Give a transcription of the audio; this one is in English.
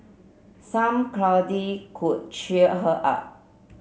some cuddling could cheer her up